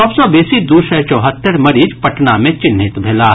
सभ सँ बेसी दू सय चौहत्तरि मरीज पटना मे चिन्हित भेलाह